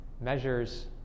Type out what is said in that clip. measures